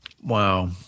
Wow